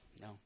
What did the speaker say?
no